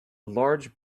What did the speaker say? large